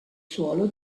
suolo